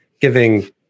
giving